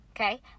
okay